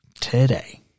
Today